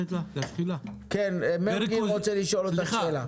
חבר הכנסת מרגי רוצה לשאול אותך שאלה.